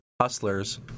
hustlers